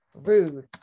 rude